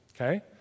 Okay